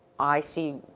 i see